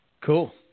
cool